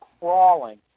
crawling